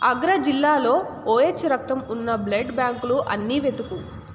ఆగ్రా జిల్లాలో ఓఎచ్ రక్తం ఉన్న బ్లడ్ బ్యాంకులు అన్ని వెతుకు